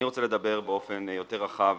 אני רוצה לדבר באופן יותר רחב